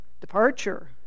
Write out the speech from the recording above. Departure